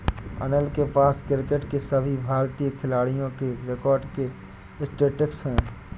अनिल के पास क्रिकेट के सभी भारतीय खिलाडियों के रिकॉर्ड के स्टेटिस्टिक्स है